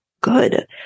good